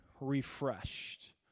refreshed